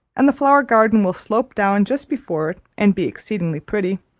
and the flower-garden will slope down just before it, and be exceedingly pretty.